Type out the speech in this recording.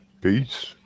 Peace